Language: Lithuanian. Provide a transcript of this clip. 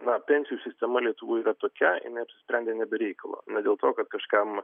na pensijų sistema lietuvoj yra tokia jinai apsisprendė ne be reikalo ne dėl to kad kažkam